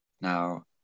Now